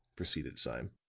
proceeded sime,